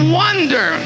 wonder